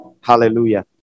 Hallelujah